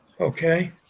Okay